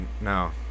no